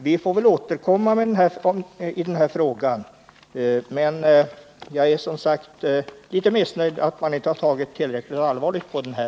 Vi får väl återkomma i denna fråga, men jag är som sagt litet missnöjd med att man inte har tagit tillräckligt allvarligt på detta.